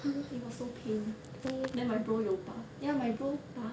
it was so pain then my bro 有拔 ya my bro 拔